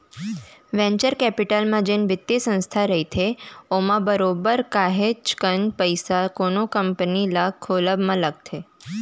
venture capital म जेन बित्तीय संस्था रहिथे ओमा बरोबर काहेच कन पइसा कोनो कंपनी ल खोलब म लगथे